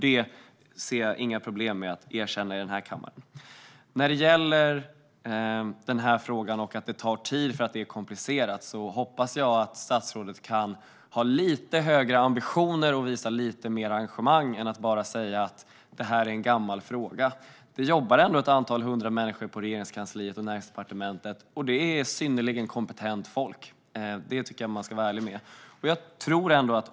Det ser jag inga problem med att erkänna i kammaren. När det gäller denna fråga och att det tar tid eftersom den är komplicerad hoppas jag att statsrådet kan ha lite högre ambitioner och visa lite mer engagemang än att bara säga att det är en gammal fråga. Det jobbar ändå ett antal hundra människor på Regeringskansliet och Näringsdepartementet, och det är synnerligen kompetent folk. Det tycker jag att man ska vara ärlig med.